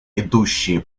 идущие